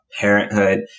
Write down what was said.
parenthood